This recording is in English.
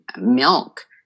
milk